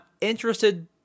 interested